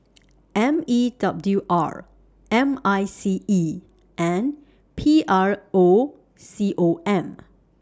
M E W R M I C E and P R O C O M